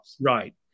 Right